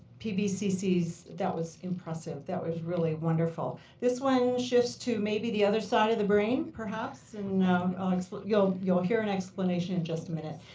pvcc's that was impressive. that was really wonderful. this one shifts to maybe the other side of the brain, perhaps. and you'll you'll hear an explanation in just a minute.